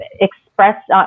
express